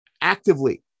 actively